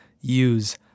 use